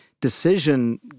decision